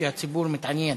כי הציבור מתעניין,